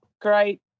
Great